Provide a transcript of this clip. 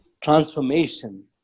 transformation